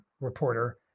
reporter